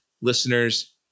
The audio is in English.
listeners